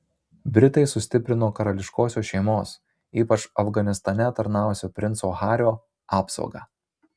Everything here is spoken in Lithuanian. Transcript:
britai sustiprino karališkosios šeimos ypač afganistane tarnavusio princo hario apsaugą